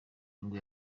nibwo